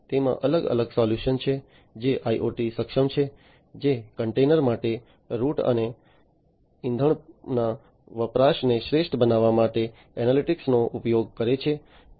તેમાં અલગ અલગ સોલ્યુશન્સ છે જે IoT સક્ષમ છે જે કન્ટેનર માટે રૂટ અને ઇંધણના વપરાશને શ્રેષ્ઠ બનાવવા માટે એનાલિટિક્સનો ઉપયોગ કરે છે